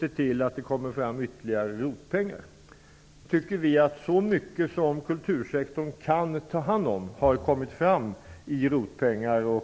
se till att få fram ytterligare ROT-pengar. Vi tycker att så mycket som kultursektorn kan ta hand om har tagits fram i ROT-pengar.